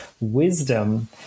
wisdom